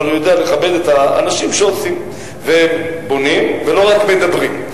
אבל הוא יודע לכבד את האנשים שעושים ובונים ולא רק מדברים.